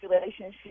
relationship